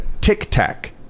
tic-tac